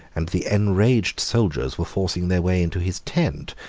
and the enraged soldiers were forcing their way into his tent,